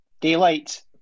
daylight